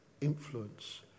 influence